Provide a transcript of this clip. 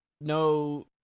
no